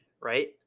Right